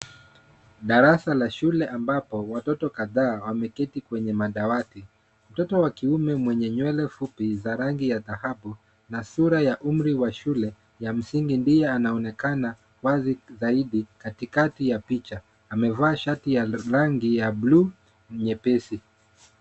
Darasa la shule ambapo watoto kadhaa wameketi kwenye madawati. Mtoto wa kiume mwenye nywele fupi za rangi ya dhahabu na sura ya umri wa shule ya msingi ndiye anaonekana wazi zaidi katikati ya picha. Amevaa shati ya rangi ya buluu nyepesi.